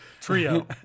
Trio